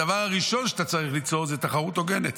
הדבר הראשון שאתה רוצה ליצור הוא תחרות הוגנת,